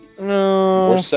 No